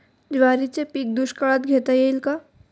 ज्वारीचे पीक दुष्काळात घेता येईल का?